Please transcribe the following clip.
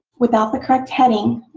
without the correct heading,